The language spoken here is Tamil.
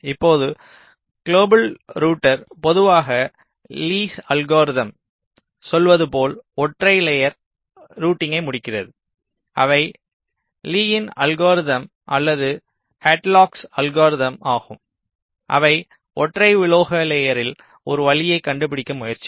இப்போது குளோபல் ரூட்டர் பொதுவாக லீயின் lee's அல்கோரிதம் சொல்வது போல் ஒற்றை லேயர் ரூட்டிங்கை முடிக்கிறது அவை லீயின் lee's அல்கோரிதம் அல்லது ஹாட்லாக் Hadlock's அல்கோரிதம் ஆகும் அவை ஒற்றை உலோக லேயரில் ஒரு வழியைக் கண்டுபிடிக்க முயற்சிக்கும்